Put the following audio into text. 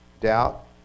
doubt